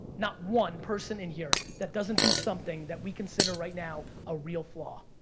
not one person in here that doesn't do something that we consider right now a real flaw.